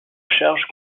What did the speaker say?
charge